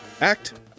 act